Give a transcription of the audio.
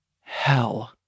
hell